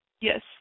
yes